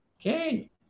Okay